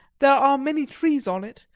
there are many trees on it,